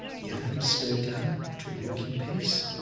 the elephants slowed down to a walking pace.